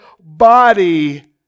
body